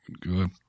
Good